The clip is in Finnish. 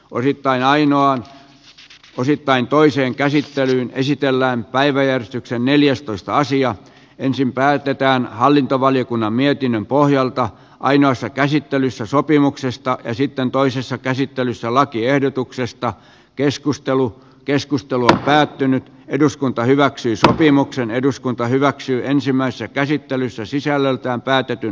oripään ainoana osittain toisen käsittelyn esitellään päiväjärjestyksen neljästoista sija ensin päätetään hallintovaliokunnan mietinnön pohjalta ainoassa käsittelyssä sopimuksesta ja sitten toisessa käsittelyssä lakiehdotuksesta keskustelu keskustelua päättynyt eduskunta hyväksyi sopimuksen eduskunta hyväksyi ensimmäisessä käsittelyssä sisällöltään päätetyn